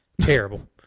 Terrible